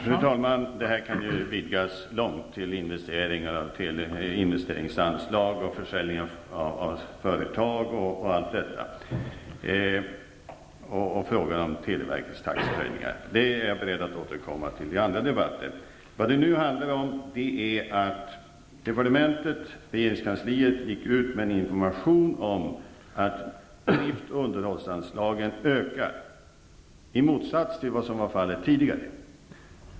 Fru talman! Detta kan ju vidgas långt till investeringar av teleinvesteringsanslag och försäljning av företag och till frågan om televerkets taxehöjningar. Jag är beredd att återkomma till detta i andra debatter. Nu handlar det om att departementet, regeringskansliet, gick ut med en information om att drifts och underhållsanslagen ökar i motsats till vad som var fallet tidigare.